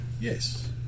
Yes